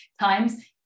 times